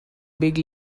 big